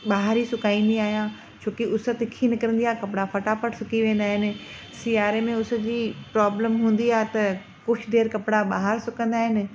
ॿाहिरि ई सुकाईंदी आहियां छो की उस तिखी निकिरंदी आहे कपिड़ा फटाफट सुकी वेंदा आहिनि सियारे में उस जी प्रोबिल्म हूंदी आहे त कुझु देरि कपिड़ा ॿाहिरि सुकंदा आहिनि